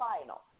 final